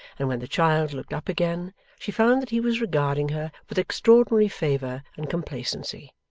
and when the child looked up again she found that he was regarding her with extraordinary favour and complacency.